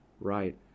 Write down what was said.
right